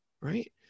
right